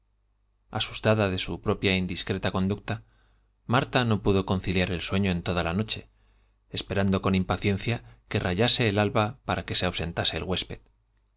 asustada de su propia indiscreta conducta marta no pudo conciliar el sueño en toda la noche esperano alba para que se ausen con impaciencia que rayase el cuando bajó ya tase el huésped